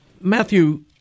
Matthew